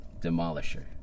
demolisher